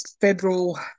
federal